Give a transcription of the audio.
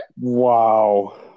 wow